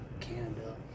Canada